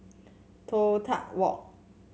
Toh Tuck Walk